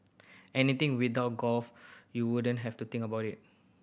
anything without golf you wouldn't have to think about it